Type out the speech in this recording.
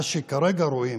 מה שכרגע רואים,